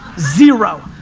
zero.